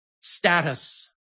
status